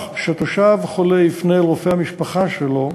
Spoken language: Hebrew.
שתושב חולה יפנה אל רופא המשפחה שלו,